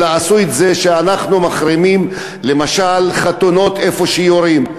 אלא גם מחרימים למשל חתונות שבהן יורים.